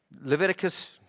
Leviticus